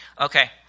Okay